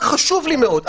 חשוב לי מאוד.